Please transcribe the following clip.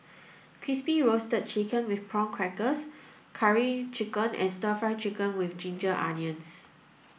crispy roasted chicken with prawn crackers curry chicken and stir fry chicken with ginger onions